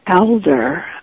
elder